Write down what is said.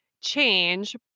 change